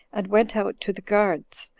and went out to the guards,